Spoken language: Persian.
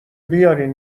بیارین